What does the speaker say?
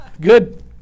Good